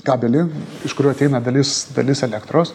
kabelį iš kurio ateina dalis dalis elektros